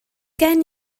gen